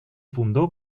fundó